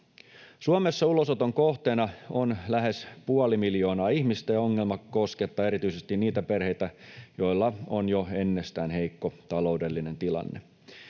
Suomessa ulosoton kohteena on lähes puoli miljoonaa ihmistä, ja ongelma koskettaa erityisesti niitä perheitä, joilla on jo ennestään heikko taloudellinen tilanne.